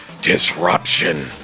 Disruption